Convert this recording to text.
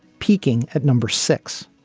peaking at number six.